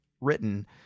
written